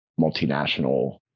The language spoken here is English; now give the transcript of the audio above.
multinational